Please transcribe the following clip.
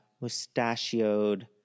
mustachioed